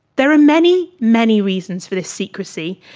there are many, many reasons for this secrecy.